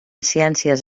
ciències